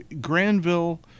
Granville